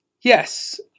yes